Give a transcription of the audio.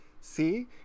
see